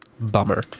Bummer